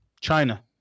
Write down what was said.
China